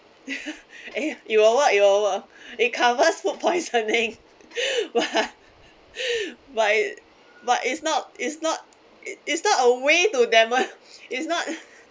and you'll what you'll it cover food poisoning but but it it's not it's not it's not a way to demo~ it's not